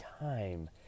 time